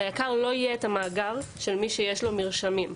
ליק"ר לא יהיה את המאגר של מי שיש לו מרשמים.